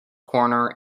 corner